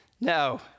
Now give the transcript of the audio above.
No